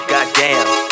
Goddamn